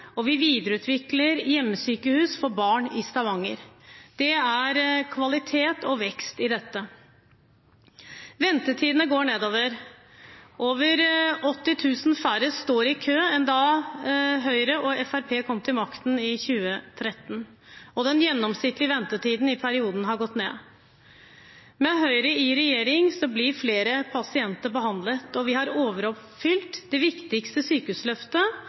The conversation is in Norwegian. og vi videreutvikler hjemmesykehus for barn i Stavanger. Det er kvalitet og vekst i dette. Ventetidene går nedover. Over 80 000 færre står i kø nå enn da Høyre og Fremskrittspartiet kom til makten i 2013, og den gjennomsnittlige ventetiden i perioden har gått ned. Med Høyre i regjering blir flere pasienter behandlet. Vi har overoppfylt det viktigste sykehusløftet